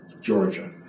Georgia